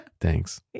Thanks